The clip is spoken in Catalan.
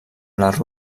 les